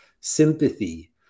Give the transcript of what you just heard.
sympathy